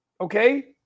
Okay